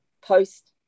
post